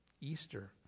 Easter